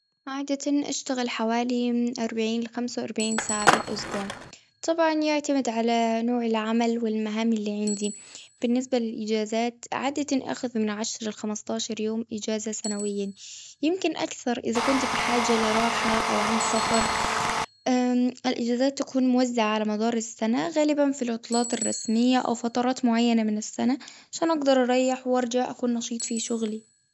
عادة اشتغل حوالي، من أربعين لخمسة وأربعين ساعة في الأسبوع. طبعاً يعتمد على نوع العمل، والمهام اللي عندي. بالنسبة للإجازات، عادة آخذ من عشر لخمستاشر يوم إجازة سنوياً. يمكن أكثر، إذا كنت بحاجة لراحة أو عند سفر. الإجازات تكون موزعة على مدار السنة، غالباً في العطلات الرسمية، أو فترات معينة من السنة. عشان أجدر اريح وارجع، أكون نشيط في شغلي.